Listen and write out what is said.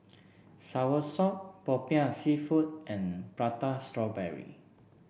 Soursop Popiah seafood and Prata Strawberry